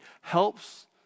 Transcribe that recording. helps